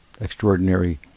extraordinary